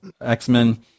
X-Men